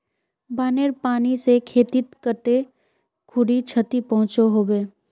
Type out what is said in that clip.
बानेर पानी से खेतीत कते खुरी क्षति पहुँचो होबे?